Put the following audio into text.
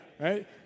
right